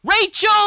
Rachel